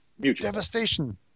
Devastation